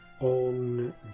on